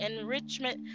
enrichment